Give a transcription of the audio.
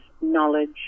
knowledge